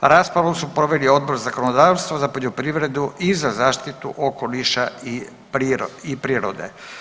Raspravu su proveli Odbor za zakonodavstvo, za poljoprivredu i za zaštitu okoliša i prirode.